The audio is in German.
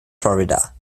florida